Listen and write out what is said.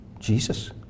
Jesus